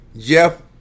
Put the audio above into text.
Jeff